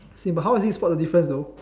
same but how is it spot the difference though